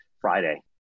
Friday